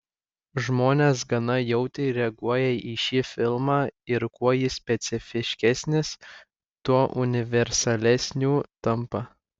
žmonės gana jautriai reaguoja į šį filmą ir kuo jis specifiškesnis tuo universalesniu tampa